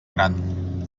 gran